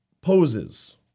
poses